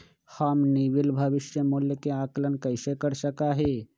हम निवल भविष्य मूल्य के आंकलन कैसे कर सका ही?